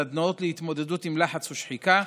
סדנאות להתמודדות עם לחץ ושחיקה,